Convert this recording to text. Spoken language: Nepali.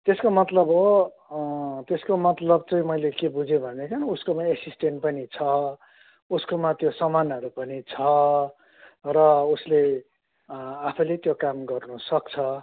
त्यसको मतलब हो त्यसको मतलब चाहिँ मैले के बुझेँ भनेदेखि उसकोमा एसिस्टेन्ट पनि छ उस्कोमा त्यो सामानहरू पनि छ र उसले आफैले त्यो काम गर्नु सक्छ